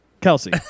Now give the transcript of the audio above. Kelsey